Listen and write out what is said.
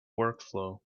workflow